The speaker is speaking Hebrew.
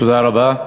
תודה רבה.